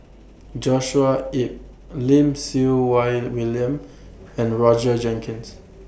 Joshua Ip Lim Siew Wai William and Roger Jenkins